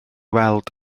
weld